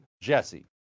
JESSE